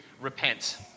repent